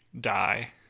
die